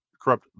corrupt